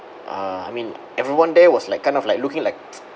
uh I mean everyone there was like kind of like looking like